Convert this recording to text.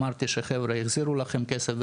אמרתי שחברה החזירו לכם כסף,